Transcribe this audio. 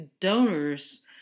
donors